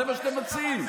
זה מה שאתם מציעים.